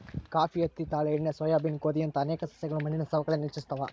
coffee ಹತ್ತಿ ತಾಳೆ ಎಣ್ಣೆ ಸೋಯಾಬೀನ್ ಗೋಧಿಯಂತಹ ಅನೇಕ ಸಸ್ಯಗಳು ಮಣ್ಣಿನ ಸವಕಳಿಯನ್ನು ಹೆಚ್ಚಿಸ್ತವ